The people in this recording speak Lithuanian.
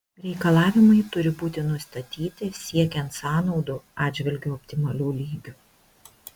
reikalavimai turi būti nustatyti siekiant sąnaudų atžvilgiu optimalių lygių